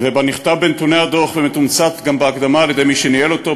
ובנכתב בנתוני הדוח ומתומצת גם בהקדמה על-ידי מי שניהל אותו,